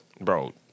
Bro